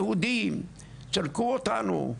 היהודים זרקו אותנו,